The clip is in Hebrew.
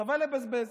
חבל לבזבז.